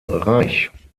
reich